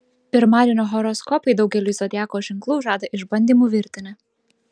pirmadienio horoskopai daugeliui zodiako ženklų žada išbandymų virtinę